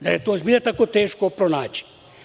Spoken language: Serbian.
Da li je to zbilja tako teško pronaći?